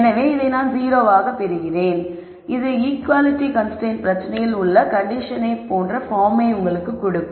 எனவே இதை நான் 0 ஆக பெறுகிறேன் இது ஈக்குவாலிட்டி கன்ஸ்ரைன்ட் பிரச்சனையில் உள்ள கண்டிஷனை போன்ற பார்மை உங்களுக்கு கொடுக்கும்